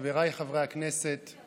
חבריי חברי הכנסת,